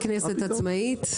הכנסת עצמאית,